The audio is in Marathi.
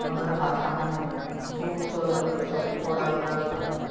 मगर हा सामान्य सुसरपेक्षा थोडा वेगळा असतो